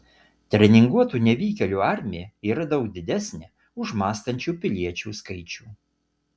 treninguotų nevykėlių armija yra daug didesnė už mąstančių piliečių skaičių